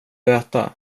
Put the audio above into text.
äta